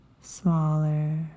smaller